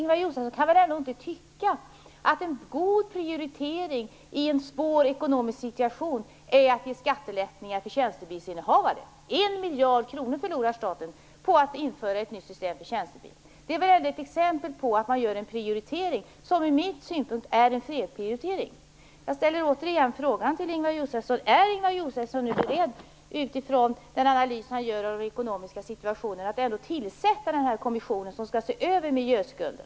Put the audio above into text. Ingemar Josefsson kan väl ändå inte tycka att en god prioritering i en svår ekonomisk situation är att ge skattelättnader till tjänstebilsinnehavare? Staten förlorar en miljard kronor på att införa ett nytt system för tjänstebilar. Det är ett exempel på att man gör en prioritering som ur min synpunkt är en felprioritering. Jag ställer återigen frågan till Ingemar Josefsson om han, utifrån den analys han gör av den ekonomiska situationen, är beredd att tillsätta den här kommissionen som skall se över miljöskulden.